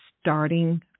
starting